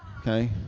Okay